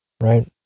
right